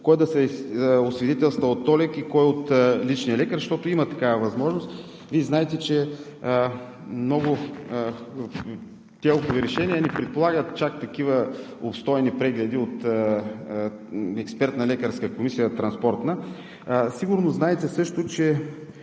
кой да се освидетелства от ТОЛЕК и кой от личния лекар, защото има такава възможност. Вие знаете, че много ТЕЛК-ови решения не предполагат чак такива обстойни прегледи от Транспортна лекарска експертна комисия. Сигурно знаете също, че